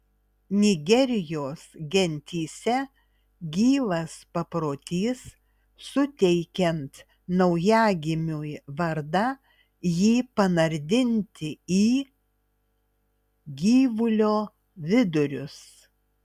nigerijos gentyse gyvas paprotys suteikiant naujagimiui vardą jį panardinti į gyvulio vidurius